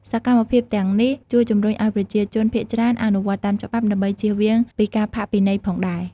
សកម្មភាពទាំងនេះ ជួយជំរុញឱ្យប្រជាជនភាគច្រើនអនុវត្តតាមច្បាប់ ដើម្បីចៀសវាងពីការផាកពិន័យផងដែរ។